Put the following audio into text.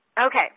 Okay